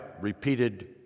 repeated